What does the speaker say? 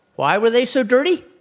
why were they so dirty?